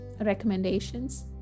recommendations